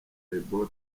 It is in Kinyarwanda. ebola